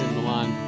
milan.